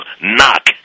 knock